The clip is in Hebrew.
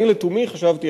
אני לתומי חשבתי,